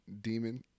demon